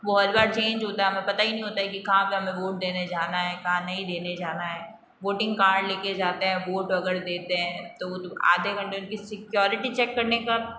वो हर बार चेंज होता है हमें पता ही नहीं होता है कि कहाँ पे हमें वोट देने जाना है कहाँ नहीं देने जाना है वोटिंग कार्ड लेके जाते हैं वोट अगर देते हैं तो वो आधे घंटे उनकी सिक्योरिटी चेक करने का